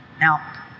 now